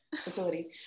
facility